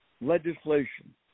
legislation